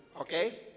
Okay